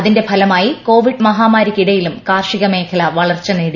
അതിന്റെ ഫലമായി കോവിഡ് മഹാമാരിക്കിടയിലും കാർഷിക മേഖല വളർച്ച നേടി